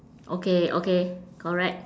okay okay correct